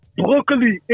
broccoli